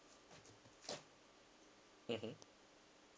mmhmm